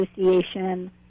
Association